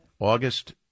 August